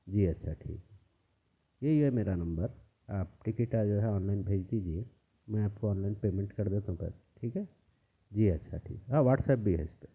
جی اچھا یہی ہے یہی ہے میرا نمبر آپ ٹکٹ آ جو ہے آن لائن بھیج دیجیے میں آپ کو آن لائن پیمینٹ کر دیتا ہوں پیسے ٹھیک ہے جی اچھا ٹھیک ہے ہاں واٹس اپ بھی ہے اس میں